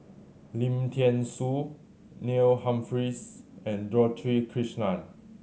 Lim Thean Soo Neil Humphreys and Dorothy Krishnan